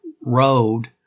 road